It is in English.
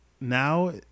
Now